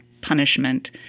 punishment